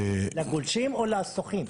לגולשים או לשוחים?